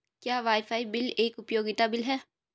क्या wifi bill एक उपयोगिता बिल है?